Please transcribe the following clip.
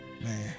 Man